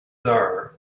are